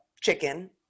chicken